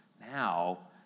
Now